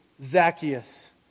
Zacchaeus